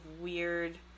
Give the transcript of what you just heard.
weird